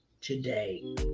today